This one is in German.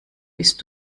bist